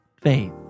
faith